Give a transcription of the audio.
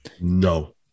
No